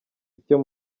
icyo